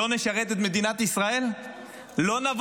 לא נשרת את מדינת ישראל?